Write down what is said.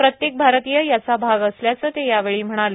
प्रत्येक भारतीय याचा भाग असल्याचं ते यावेळी म्हणाले